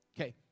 Okay